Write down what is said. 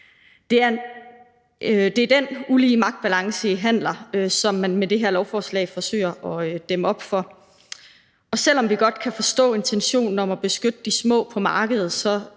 Det er den ulige magtbalance i handeler, som man med det her lovforslag forsøger at dæmme op for. Selv om vi godt kan forstå intentionen om at beskytte de små på markedet,